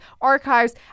archives